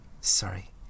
Sorry